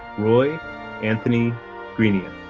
roy anthony greenia.